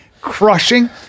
crushing